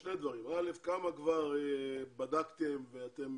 שני דברים, א', כמה כבר בדקתם ואתם